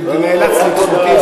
אני נאלץ לדחות.